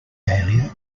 dahlia